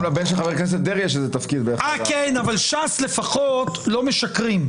גם לבן של חבר הכנסת דרעי יש תפקיד --- אבל ש"ס לפחות לא משקרים.